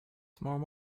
tomorrow